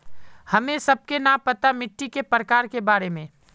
हमें सबके न पता मिट्टी के प्रकार के बारे में?